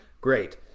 Great